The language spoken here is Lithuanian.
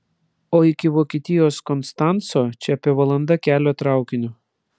o iki vokietijos konstanco čia apie valanda kelio traukiniu